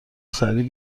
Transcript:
سریع